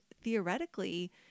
theoretically